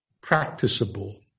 practicable